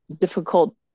difficult